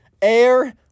Air